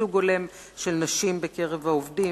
ייצוג הולם של נשים בקרב העובדים,